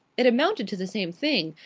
it amounted to the same thing.